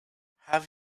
have